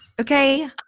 Okay